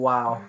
Wow